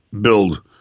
build